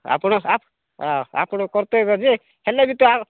ଆପଣ ଓ ଆପଣ କର୍ତ୍ତ୍ୟବ୍ୟ ଯେ ହେଲେ ବି ତ ଆ